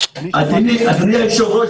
אדוני היושב-ראש,